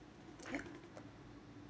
yup